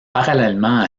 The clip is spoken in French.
parallèlement